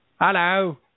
Hello